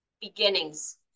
beginnings